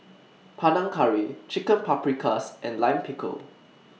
Panang Curry Chicken Paprikas and Lime Pickle